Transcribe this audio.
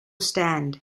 stand